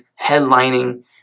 headlining